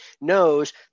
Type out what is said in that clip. knows